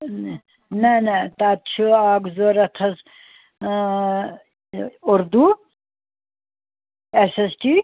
ٲں نَہ نَہ تَتھ چھُ اَکھ ضُروٗرت حظ ٲں اُردو ایٚس ایٚس ٹی